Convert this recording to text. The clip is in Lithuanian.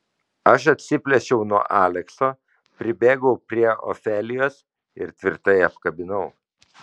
aš atsiplėšiau nuo alekso pribėgau prie ofelijos ir tvirtai apkabinau